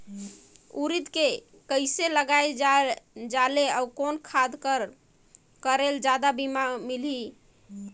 उरीद के कइसे लगाय जाले अउ कोन खाद कर करेले जादा बीजा मिलही?